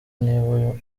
niba